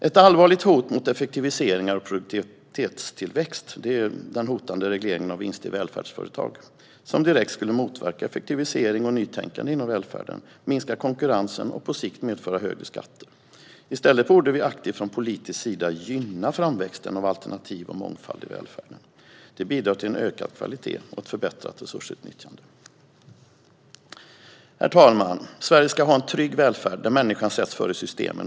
Ett allvarligt hot mot effektiviseringar och produktivitetstillväxt är den hotande regleringen av vinster i välfärdsföretag. Den skulle direkt motverka effektivisering och nytänkande inom välfärden och minska konkurrensen och på sikt medföra högre skatter. I stället borde vi aktivt från politisk sida gynna framväxten av alternativ och mångfald i välfärden. Det bidrar till en ökad kvalitet och ett förbättrat resursutnyttjande. Herr talman! Sverige ska ha en trygg välfärd där människan sätts före systemen.